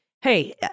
hey